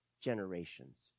generations